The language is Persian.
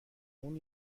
اون